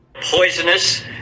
Poisonous